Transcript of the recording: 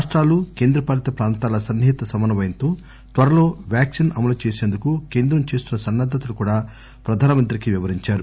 రాష్టాలు కేంద్రపాలిత ప్రాంతాల సన్నిహిత సమన్వయంతో త్వరలో వ్యాక్పిన్ అమలుచేసేందుకు కేంద్రం చేస్తున్న సన్నద్దతను కూడా ప్రధాన మంత్రికి వివరించారు